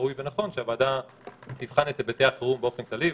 ראוי ונכון שהוועדה תבחן את היבטי החירום באופן כללי,